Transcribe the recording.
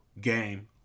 game